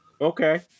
Okay